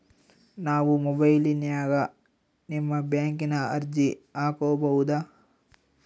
ನಾವು ಮೊಬೈಲಿನ್ಯಾಗ ನಿಮ್ಮ ಬ್ಯಾಂಕಿನ ಅರ್ಜಿ ಹಾಕೊಬಹುದಾ?